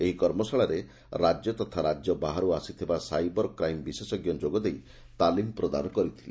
ଏହି କର୍ମଶାଳାରେ ରାକ୍ୟ ତଥା ରାଜ୍ୟ ବାହାରୁ ଆସିଥିବା ସାଇବର କ୍ରାଇମ୍ ବିଶେଷଙ୍କ ଯୋଗ ଦେଇ ତାଲିମ୍ ପ୍ରଦାନ କରିଥିଲେ